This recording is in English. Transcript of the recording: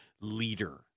leader